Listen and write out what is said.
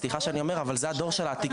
סליחה שאני אומר אבל זה שייך לדור העתיק,